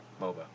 MOBA